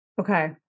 Okay